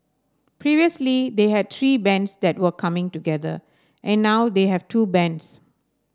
previously they had three bands that were coming together and now they have two bands